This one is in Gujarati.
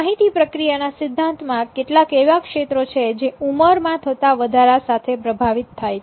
માહિતી પ્રક્રિયા ના સિદ્ધાંત માં કેટલાક એવા ક્ષેત્રો છે જે ઉંમર માં થતા વધારા સાથે પ્રભાવિત થાય છે